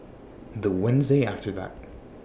The Wednesday after that